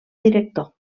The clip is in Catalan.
director